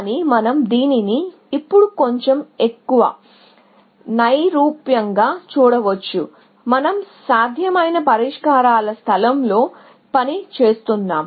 కానీ మనం దీనిని ఇప్పుడు కొంచెం ఎక్కువ నైరూప్యంగా చూడవచ్చు మనం సాధ్యమైన పరిష్కారాల స్థలంలో పని చేస్తున్నాం